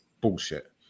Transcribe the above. bullshit